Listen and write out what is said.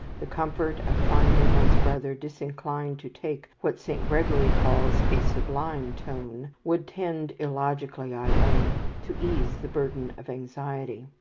the comfort of finding one's brother disinclined to take what saint gregory calls a sublime tone would tend illogically, i own to ease the burden of anxiety.